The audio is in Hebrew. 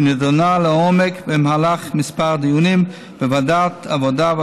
ונדונה לעומק במהלך כמה דיונים בוועדת העבודה,